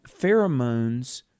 pheromones